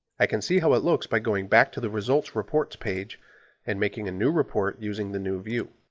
i can see how it looks by going back to the results reports page and making a new report using the new view.